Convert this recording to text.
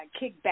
kickback